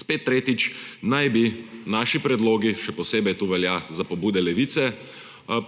spet tretjič naj bi naši predlogi, še posebej to velja za pobude Levice,